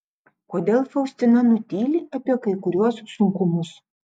kodėl faustina nutyli apie kai kuriuos sunkumus